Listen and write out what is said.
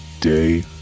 day